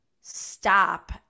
stop